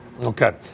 Okay